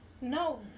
No